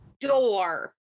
door